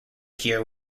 here